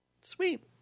Sweet